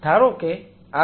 ધારો કે આ પ્રવેશ છે